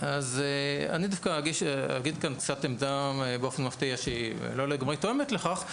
אני דווקא אגיד כאן עמדה שבאופן מפתיע שהיא לא לגמרי תואמת לכך: